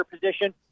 position